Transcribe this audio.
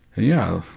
yeah,